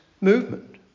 movement